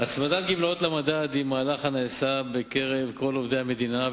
הצמדת גמלאות למדד היא מהלך הנעשה בקרב כל עובדי המדינה,